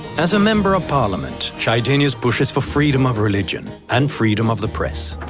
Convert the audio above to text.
as a member of parliament, chydenius pushes for freedom of religion, and freedom of the press.